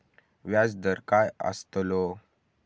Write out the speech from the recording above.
व्याज दर काय आस्तलो?